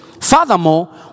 furthermore